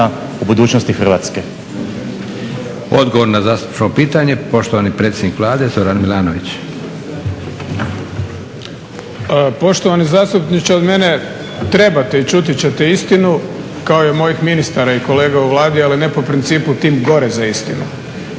Josip (SDP)** Odgovor na zastupničko pitanje poštovani predsjednik Vlade Zoran Milanović. **Milanović, Zoran (SDP)** Poštovani zastupniče od mene trebate i čuti ćete istinu kao i mojih ministara i kolega u Vladi, ali ne po principu tim gore za istinu,